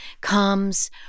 comes